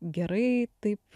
gerai taip